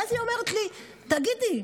ואז היא אומרת לי בפחד: תגידי,